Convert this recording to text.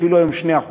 אפילו היום 2%